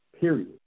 period